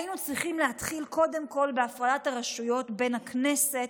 היינו צריכים להתחיל קודם כול בהפרדת הרשויות בין הכנסת,